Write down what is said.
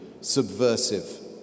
subversive